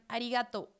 Arigato